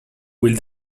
will